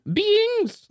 beings